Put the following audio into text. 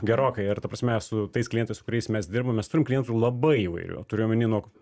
gerokai ir ta prasme su tais klientais su kuriais mes dirbam mes turime klientų labai įvairių turiu omeny nuo